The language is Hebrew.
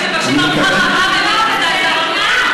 שינינו את זה.